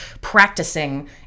practicing